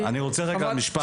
אני רוצה רגע משפט.